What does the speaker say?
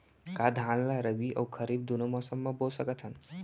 का धान ला रबि अऊ खरीफ दूनो मौसम मा बो सकत हन?